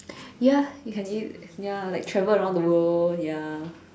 ya you can eat ya like travel around the world ya